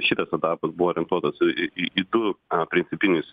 šitas vat darbas buvo orientuotas į į į du a principinius